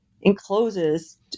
encloses